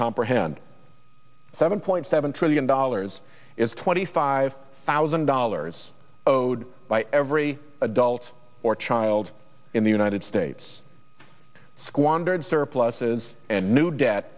comprehend seven point seven trillion dollars is twenty five thousand dollars owed by every adult or child in the united states squandered surpluses and new debt